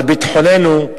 על ביטחוננו,